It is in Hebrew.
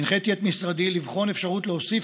הנחיתי את משרדי לבחון אפשרות להוסיף